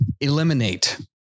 Eliminate